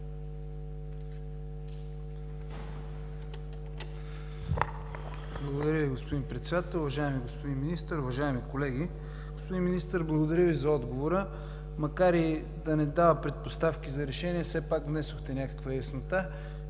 Благодаря Ви, господин Председател. Уважаеми господин Министър, уважаеми колеги! Господин Министър, благодаря Ви за отговора. Макар и отговорът да не дава предпоставки за решение, все пак внесохте някаква яснота.